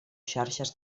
xarxes